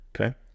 okay